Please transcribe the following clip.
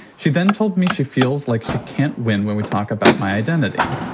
she then told me she feels like she can't win. when we talk about my identity,